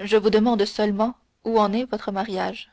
je vous demande seulement où en est votre mariage